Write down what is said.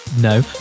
no